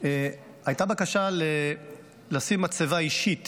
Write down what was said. הייתה בקשה לשים בעמק הצבאים מצבה אישית